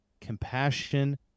compassion